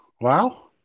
Wow